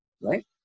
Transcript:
Right